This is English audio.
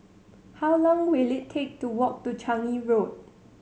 how long will it take to walk to Changi Road